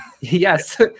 Yes